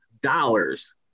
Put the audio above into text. dollars